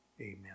Amen